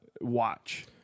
watch